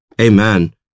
amen